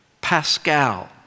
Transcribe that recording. Pascal